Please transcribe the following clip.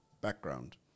background